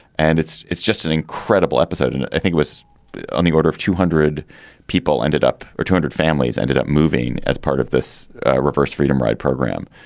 and it's it's just an incredible episode and i think was on the order of two hundred people ended up or two hundred families ended up moving as part of this reverse freedom ride program.